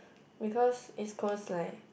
because East-Coast like